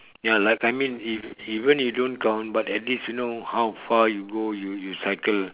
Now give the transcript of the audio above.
ya like I mean if even you don't count but at least you know how far you go you you cycle